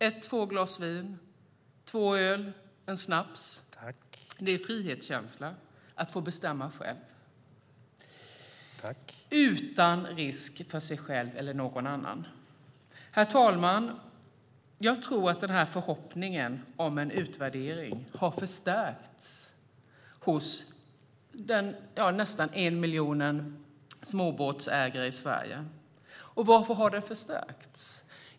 Att få bestämma själv om man ska ta ett eller två glas vin, två öl eller en snaps ger frihetskänsla utan risk för sig själv eller någon annan. Herr talman! Jag tror att förhoppningen om en utvärdering har förstärkts hos den nästan 1 miljon småbåtsägare som finns i Sverige. Varför har den då förstärkts?